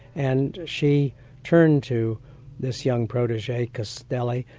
and she turned to this young protege, castelli,